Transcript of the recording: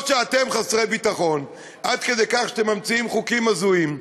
או שאתם חסרי ביטחון עד כדי כך שאתם ממציאים דברים הזויים,